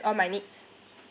all my needs